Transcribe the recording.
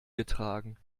getragen